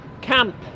camp